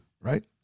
Right